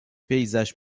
paysage